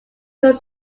could